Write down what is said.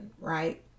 right